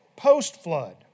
post-flood